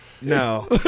No